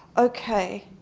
okay.